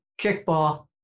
kickball